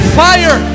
fire